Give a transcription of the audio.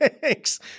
thanks